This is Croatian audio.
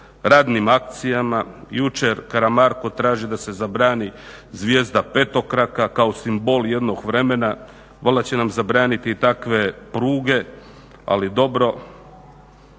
Radnim akcijama. Jučer Karamarko traži da se zabrani zvijezda petokraka kao simbol jednog vremena. valjda će nam zabraniti i takve pruge, ali dobro.